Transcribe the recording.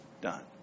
done